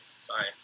Sorry